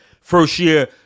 first-year